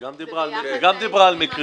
היא גם דיברה על מקרים.